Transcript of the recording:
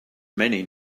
many